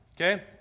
Okay